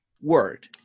word